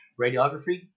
radiography